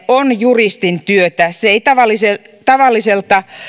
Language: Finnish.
on juristin työtä se ei tavalliselta tavalliselta